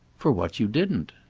for what you didn't!